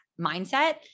mindset